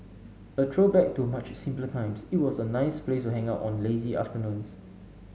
a throwback to much simpler times it was a nice place to hang out on lazy afternoons